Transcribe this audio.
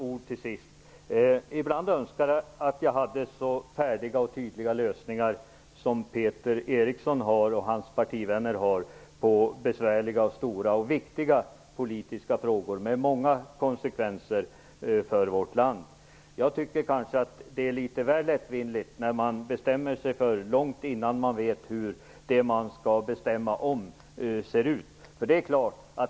Fru talman! Ibland önskar jag att jag hade så färdiga och tydliga lösningar som Peter Eriksson och hans partivänner har på besvärliga, stora och viktiga politiska frågor med många konsekvenser för vårt land. Jag tycker kanske att det är litet väl lättvindigt att bestämma sig långt innan man vet hur det man skall bestämma om ser ut.